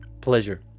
pleasure